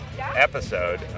episode